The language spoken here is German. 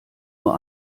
nur